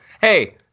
Hey